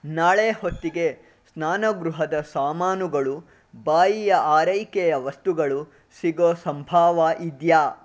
ನಾಳೆ ಹೊತ್ತಿಗೆ ಸ್ನಾನಗೃಹದ ಸಾಮಾನುಗಳು ಬಾಯಿಯ ಆರೈಕೆಯ ವಸ್ತುಗಳು ಸಿಗೊ ಸಂಭವ ಇದೆಯ